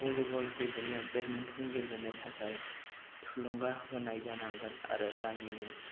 volleyball गेलेनो badminton गेलेनो थाखाय थुलुंगा होनाय जानांगोन आरो गामिनि